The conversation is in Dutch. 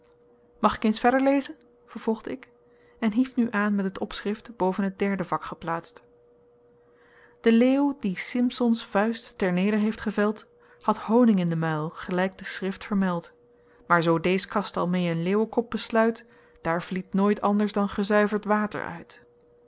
mag ik eens verder lezen vervolgde ik en hief nu aan met het opschrift boven het derde vak geplaatst de leeuw dien simsons vuist ter neder heeft geveld had honing in den muil gelijk de schrift vermeld maar zoo deez kast almeê een leeuwenkop besluit daar vliet nooit anders dan gezuiverd water uit